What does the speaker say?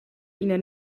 ina